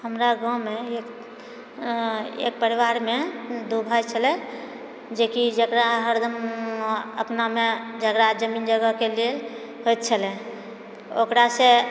हमरा गाँवमे एक एक परिवारमे दू भाइ छलै जेकि जकरा हरदम अपनामे झगड़ा जमीन जगहके लेल होइ त छलै ओकरासँ